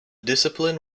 discipline